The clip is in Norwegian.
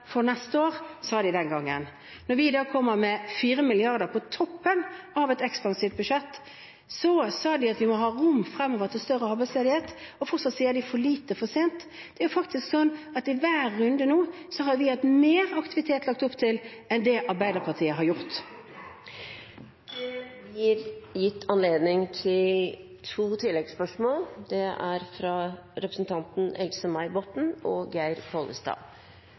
neste år, sa de den gangen. Da vi kom med 4 mrd. kr på toppen av et ekspansivt budsjett, sa de at vi måtte ha rom fremover for større arbeidsledighet. Fortsatt sier de at det er for lite for sent. Det er faktisk slik at i hver runde nå har vi lagt opp til mer aktivitet enn det Arbeiderpartiet har gjort. Det blir gitt anledning til to